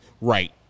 right